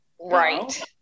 Right